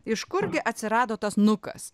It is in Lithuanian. iš kurgi atsirado tas nukas